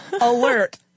Alert